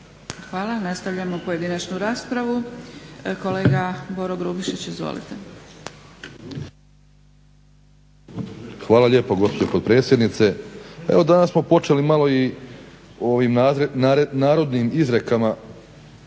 Hvala. Nastavljamo pojedinačnu raspravu. Kolega Boro Grubišić. Izvolite. **Grubišić, Boro (HDSSB)** Hvala lijepa gospođo potpredsjednice. Evo danas smo počeli malo i ovim narodnim izrekama